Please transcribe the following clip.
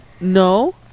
No